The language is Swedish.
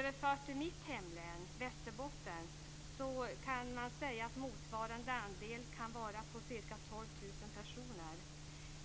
Överfört till mitt hemlän, Västerbotten, kan man säga att andelen kan motsvara ca 12 000 personer.